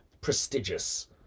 Prestigious